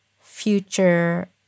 future